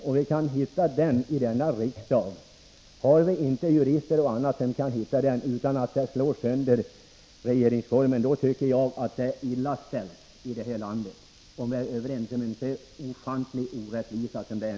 Om vi i riksdagen med hjälp av jurister och andra inte kan hitta en sådan konstruktion som inte slår sönder regeringsformen, tycker jag att det är illa ställt här i landet. Vi är ändå överens om att detta utfall innebär en ofantlig orättvisa.